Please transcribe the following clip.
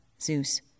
Zeus